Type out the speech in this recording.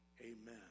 Amen